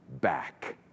back